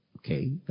Okay